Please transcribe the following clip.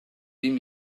vint